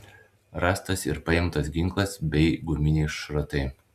rastas ir paimtas ginklas bei guminiai šratai